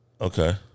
Okay